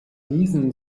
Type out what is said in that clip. diesen